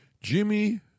Jimmy